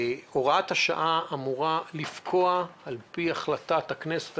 הוראת השעה אמורה לפקוע על פי החלטת הכנסת,